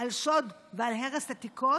על שוד ועל הרס עתיקות,